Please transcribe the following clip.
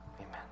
amen